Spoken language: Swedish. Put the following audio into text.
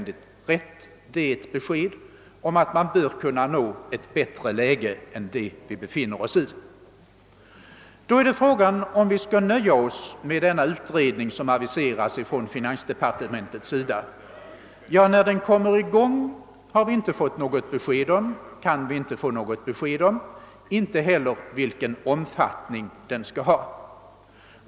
Det är ett besked om att man bör kunna åstadkomma ett bättre läge än det vi befinner oss i. Frågan är då om vi skall nöja oss med den utredning som aviserats från finansdepartementet. När den kan komma i gång kan vi inte få något besked om, inte heller om vilken omfattning den skall få.